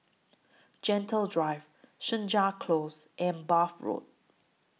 Gentle Drive Senja Close and Bath Road